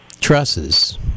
trusses